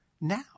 now